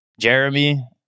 Jeremy